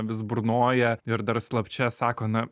vis burnoja ir dar slapčia sako na